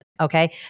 Okay